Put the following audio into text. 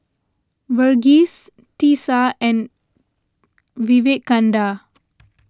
Verghese Teesta and Vivekananda